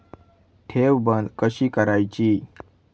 ठेव बंद कशी करायची?